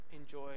enjoy